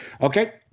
Okay